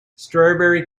strawberry